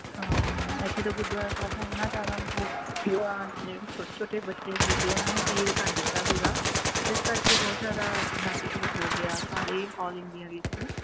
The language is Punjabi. ਹਾਂ ਇੱਥੇ ਤਾਂ ਗੁਰਦੁਆਰਾ ਸਾਹਿਬ ਦਾ ਇੰਨਾਂ ਜ਼ਿਆਦਾ ਮਤਲਬ ਉਹ ਆ ਜਿਹੜੇ ਛੋਟੇ ਛੋਟੇ ਬੱਚੇ ਸੀਗੇ ਉਹਨਾਂ ਨੂੰ ਸ਼ਹੀਦ ਕਰ ਦਿੱਤਾ ਸੀਗਾ ਇਸ ਕਰਕੇ ਬਹੁਤ ਜ਼ਿਆਦਾ ਇਤਿਹਾਸਿਕ ਹੋ ਹੋ ਗਿਆ ਸਾਰੇ ਔਲ ਇੰਡੀਆ ਵਿੱਚ